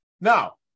now